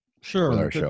Sure